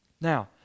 now